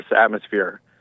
atmosphere